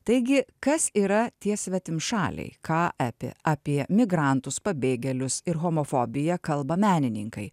taigi kas yra tie svetimšaliai ką apie apie migrantus pabėgėlius ir homofobiją kalba menininkai